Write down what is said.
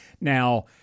now